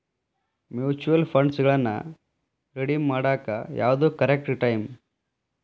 mutual ಫಂಡ್ಗಳನ್ನ redeem ಮಾಡಾಕ ಯಾವ್ದು ಕರೆಕ್ಟ್ ಟೈಮ್